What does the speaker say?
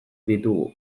ditugu